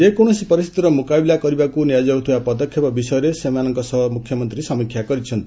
ଯେକୌଣସି ପରିସ୍ଥିତିର ମୁକାବିଲା କରିବାକୁ ନିଆଯାଉଥିବା ପଦକ୍ଷେପ ବିଷୟରେ ସେମାନଙ୍କ ସହ ମୁଖ୍ୟମନ୍ତ୍ରୀ ସମୀକ୍ଷା କରିଛନ୍ତି